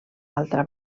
altra